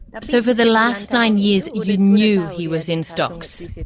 so for the last nine years you like knew he was in stocks?